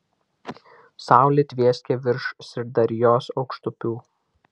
saulė tvieskė virš syrdarjos aukštupių